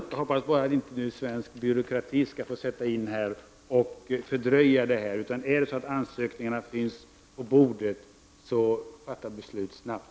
Herr talman! Jag hoppas bara att svensk byråkrati inte får fördröja detta. Är det så att ansökningarna finns på bordet, hoppas jag att man fattar beslut snabbt.